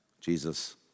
Jesus